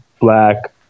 black